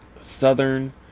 southern